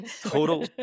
total